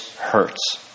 hurts